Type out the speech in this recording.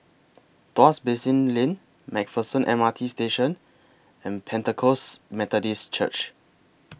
Tuas Basin Lane MacPherson M R T Station and Pentecost Methodist Church